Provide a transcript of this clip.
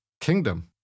kingdom